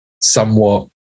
somewhat